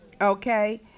okay